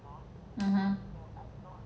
(uh huh)